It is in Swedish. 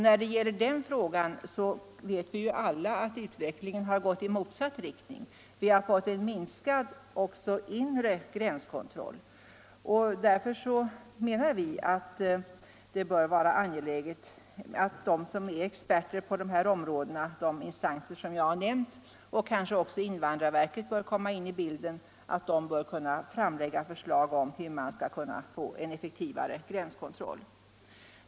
Vi vet alla att utvecklingen gått i motsatt riktning. Vi har fått en minskning också av den inre gränskontrollen. Därför menar vi att det bör vara angeläget att expertisen på dessa områden, dvs. de instanser som jag har nämnt och därtill kanske också invandrarverket, ges tillfälle att lägga fram förslag till hur man skall kunna få till stånd en effektivare gränskontroll.